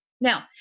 Now